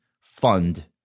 fund